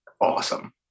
Awesome